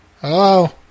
Hello